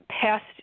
past